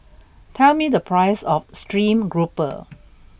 tell me the price of stream grouper